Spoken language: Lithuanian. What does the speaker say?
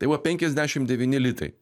tai va penkiasdešimt devyni litai